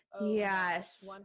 Yes